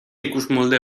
ikusmolde